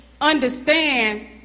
understand